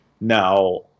Now